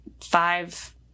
five